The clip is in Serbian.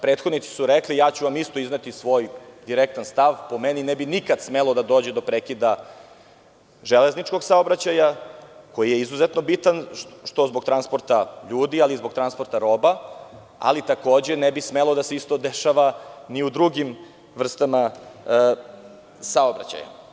Prethodnici su rekli, izneću vam svoj direktan stav, po meni, ne bi nikad smelo da dođe do prekida železničkog saobraćaja, koji je izuzetno bitan, što zbog transporta ljudi, ali i zbog transporta roba, ali takođe ne bi smelo da se isto dešava ni u drugim vrstama saobraćaja.